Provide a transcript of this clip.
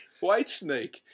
Whitesnake